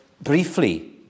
briefly